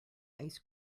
ice